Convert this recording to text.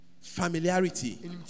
familiarity